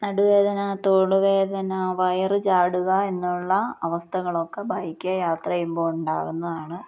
നടുവേദന തോളുവേദന വയറ് ചാടുക എന്നുള്ള അവസ്ഥകളൊക്കെ ബൈൽക്കേ യാത്ര ചെയ്യുമ്പോൾ ഉണ്ടാകുന്നതാണ്